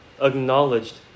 acknowledged